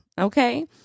Okay